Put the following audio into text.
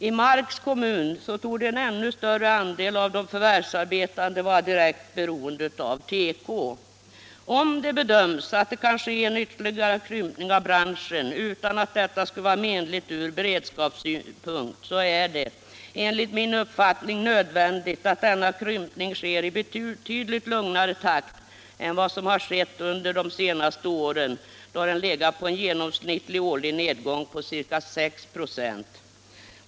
I Marks kommun torde en ännu större andel av de förvärvsarbetande vara direkt beroende av teko. Om det bedöms att det kan ske en ytterligare krympning av branschen utan att detta skulle vara menligt ur beredskapssynpunkt är det, enligt min uppfattning, nödvändigt att denna krympning sker i en betydligt lugnare takt än vad som skett under de senaste åren, då den legat på en genomsnittlig årlig nedgång på ca 6 26.